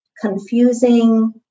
confusing